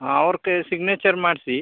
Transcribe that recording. ಅವ್ರ ಕೈಲಿ ಸಿಗ್ನೇಚರ್ ಮಾಡಿಸಿ